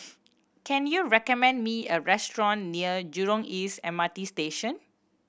can you recommend me a restaurant near Jurong East M R T Station